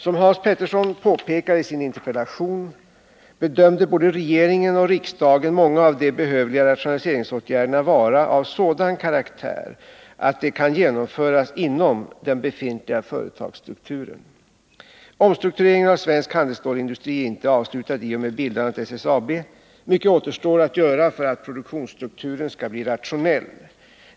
Som Hans Petersson påpekar i sin interpellation bedömde både regeringen och riksdagen många av de behövliga rationaliseringsåtgärderna vara av sådan karaktär att de kan genomföras inom den befintliga företagsstrukturen. Omstruktureringen av svensk handelsstålsindustri är inte avslutad i och med bildandet av SSAB. Mycket återstår att göra för att produktionsstrukturen skall bli rationell.